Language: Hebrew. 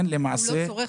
הוא לא צורך,